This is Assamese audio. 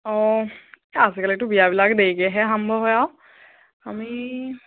অঁ আজিকালিতো বিয়াবিলাক দেৰিকৈহে আৰম্ভ হয় আৰু আমি